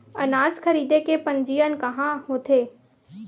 अनाज खरीदे के पंजीयन कहां होथे?